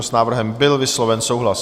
S návrhem byl vysloven souhlas.